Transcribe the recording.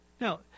Now